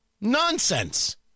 Nonsense